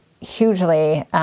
hugely